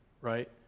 right